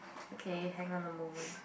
okay hang on a moment